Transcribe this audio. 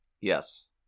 Yes